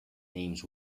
names